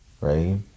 right